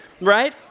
right